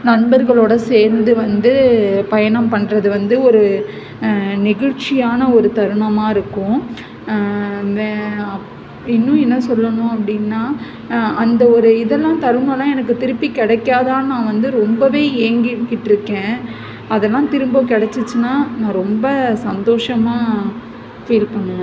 நண்பர்களோட சேர்ந்து வந்து பயணம் பண்ணுறது வந்து ஒரு நெகிழ்ச்சியான ஒரு தருணமாக இருக்கும் வே அப் இன்னும் என்ன சொல்லணும் அப்படின்னா அந்த ஒரு இதெல்லாம் தருணம்லாம் எனக்கு திருப்பி கிடைக்காதான்னு நான் வந்து ரொம்பவே ஏங்கிக்கிட்ருக்கேன் அதெல்லாம் திரும்ப கிடச்சிச்சின்னா நான் ரொம்ப சந்தோஷமாக ஃபீல் பண்ணுவேன்